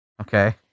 Okay